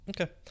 Okay